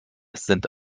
sind